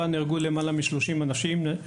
בה נהרגו למעלה מ - 30 אזרחים,